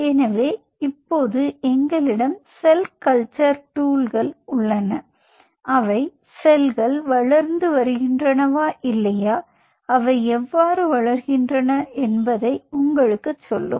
எனவே இப்போது எங்களிடம் செல் கல்ச்சர் டூல்கள் உள்ளன அவை செல்கள் வளர்ந்து வருகின்றனவா இல்லையா அவை எவ்வாறு வளர்கின்றன என்பதை உங்களுக்குச் சொல்லும்